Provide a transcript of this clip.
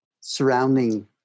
surrounding